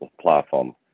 platform